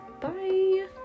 Bye